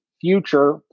future